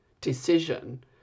decision